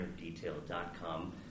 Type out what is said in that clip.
detail.com